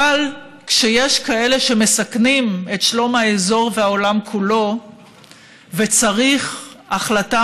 אבל כשיש כאלה שמסכנים את שלום האזור והעולם כולו וצריך החלטה